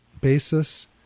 basis